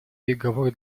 переговоры